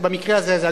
במקרה הזה זה,